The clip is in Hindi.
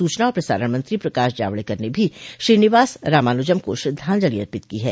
सूचना और प्रसारण मंत्री प्रकाश जावड़ेकर ने भी श्रीनिवास रामानुजम को श्रद्धांजलि अर्पित की है